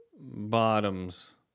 bottoms